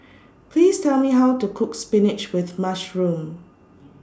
Please Tell Me How to Cook Spinach with Mushroom